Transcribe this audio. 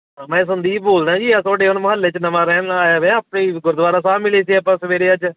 ਮੈਂ ਸੰਦੀਪ ਬੋਲਦਾ ਜੀ ਆਹ ਤੁਹਾਡੇ ਹੁਣ ਮੁਹੱਲੇ 'ਚ ਨਵਾਂ ਰਹਿਣ ਆਇਆ ਵੇਆਂ ਆਪਾਂ ਜੀ ਗੁਰਦੁਆਰਾ ਸਾਹਿਬ ਮਿਲੇ ਸੀ ਆਪਾਂ ਸਵੇਰੇ ਅੱਜ